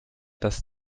das